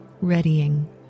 readying